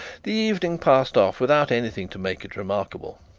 the evening passed off without anything to make it remarkable.